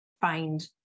find